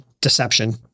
deception